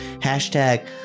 hashtag